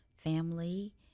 family